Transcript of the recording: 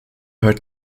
hört